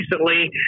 recently